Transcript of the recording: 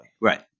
Right